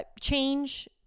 change